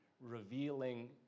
revealing